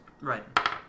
Right